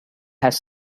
has